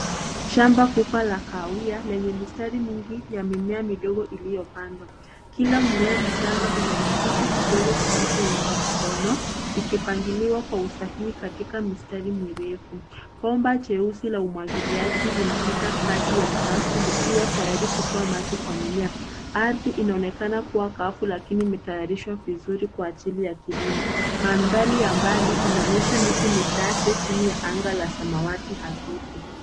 Shamba kubwa la kahawia lenye mistari mingi ya mimea midogo iliyopandwa. Kila mmea mchanga una vijiti vidogo vinavyounga mkono, vikipangiliwa kwa usahihi mistari mirefu. Bomba jeusi la umwagiliaji linapita kati ya safu, likiwa tayari kutoa maji kwa mimea. Ardhi inaonekana kuwa kavu lakini imetayarishwa vizuri kwa ajili ya kilimo. Mandhari ya mbali inaonyesha miti michache chini ya anga la samawati hafifu.